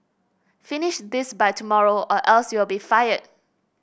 finish this by tomorrow or else you'll be fired